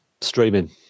Streaming